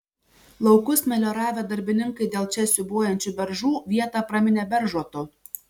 laukus melioravę darbininkai dėl čia siūbuojančių beržų vietą praminė beržotu